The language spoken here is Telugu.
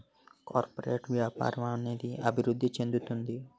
కార్పొరేట్ వ్యాపారం అనేది అభివృద్ధి చెందుతుంది